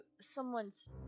someone's